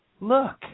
Look